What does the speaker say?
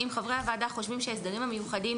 אם חברי הוועדה חושבים שההסדרים המיוחדים